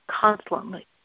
constantly